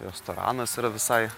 restoranas yra visai